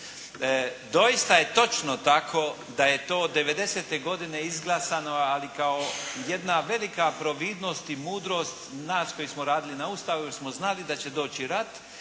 Doista je točno tako da je to '90. godine izglasano ali kao jedna velika providnost i mudrost nas koji smo radili na Ustavu jer smo znali da će doći rat